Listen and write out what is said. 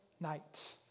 night